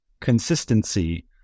consistency